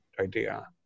idea